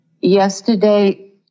Yesterday